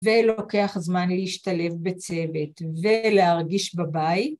ולוקח זמן להשתלב בצוות ולהרגיש בבית.